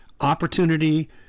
opportunity